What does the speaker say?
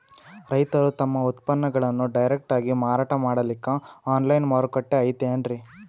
ರೈತರು ತಮ್ಮ ಉತ್ಪನ್ನಗಳನ್ನು ಡೈರೆಕ್ಟ್ ಆಗಿ ಮಾರಾಟ ಮಾಡಲಿಕ್ಕ ಆನ್ಲೈನ್ ಮಾರುಕಟ್ಟೆ ಐತೇನ್ರೀ?